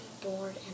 bored